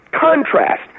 contrast